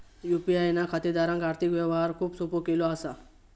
UPI ना खातेदारांक आर्थिक व्यवहार खूप सोपो केलो असा